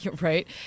right